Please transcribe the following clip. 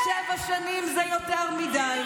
27 שנים זה יותר מדי.